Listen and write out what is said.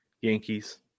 Yankees